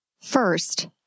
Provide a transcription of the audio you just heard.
First